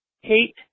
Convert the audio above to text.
hate